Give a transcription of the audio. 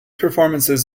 performances